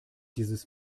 dieses